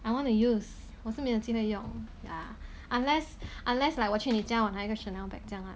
I want to use 我是没有机会用 ya unless unless 我去你家我拿一个 Chanel bag 这样啦